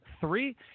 three